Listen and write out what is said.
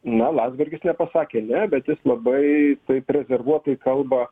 na landsbergis nepasakė ne bet jis labai taip rezervuotai kalba